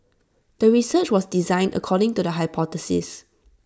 the research was designed according to the hypothesis